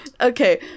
Okay